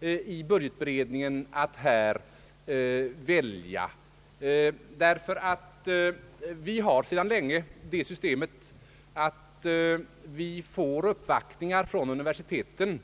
i budgetberedningen att här träffa ett val. Vi har sedan länge tillämpat det systemet att vi tar emot uppvaktningar från universiteten.